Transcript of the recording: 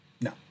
no